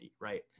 right